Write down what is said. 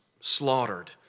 slaughtered